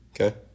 Okay